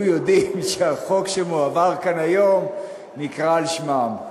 יודעים שהחוק שמועבר כאן היום נקרא על שמם.